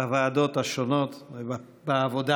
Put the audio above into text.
בוועדות השונות ובעבודה